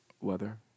Weather